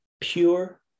pure